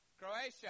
Croatia